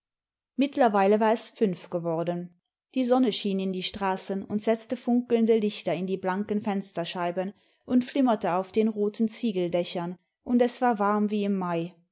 mittlerweile war es fünf geworden die sonne schien in die straßen und setzte funkelnde lichter in die blanken fensterscheiben und flimmerte auf den roten ziegeldächern und es war warm wie im mai